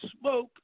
smoke